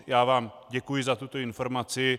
Já vám děkuji za tuto informaci.